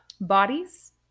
Bodies